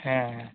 ᱦᱮᱸᱻ